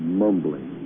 mumbling